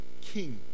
king